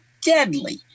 deadly